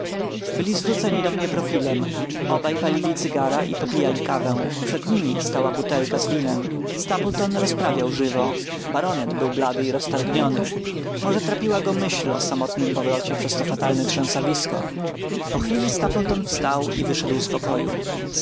byli zwróceni do mnie profilem obaj palili cygara i popijali kawę przed nimi stała butelka z winem stapleton rozprawiał żywo baronet był blady i roztargniony może trapiła go myśl o samotnym powrocie przez to fatalne trzęsawisko po chwili stapleton wstał i wyszedł z pokoju